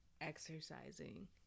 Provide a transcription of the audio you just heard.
exercising